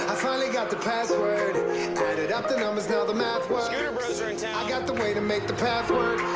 finally got the password added up the numbers, now the math works scooter brothers are in town. i got the way to make the path